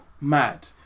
mad